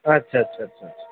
আচ্ছা আচ্ছা আচ্ছা আচ্ছা